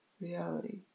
reality